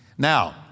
Now